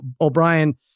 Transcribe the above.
O'Brien